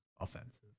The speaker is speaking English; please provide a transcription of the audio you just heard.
offensive